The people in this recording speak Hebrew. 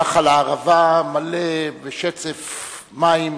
נחל הערבה מלא בשצף מים